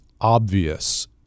obvious